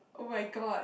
oh my god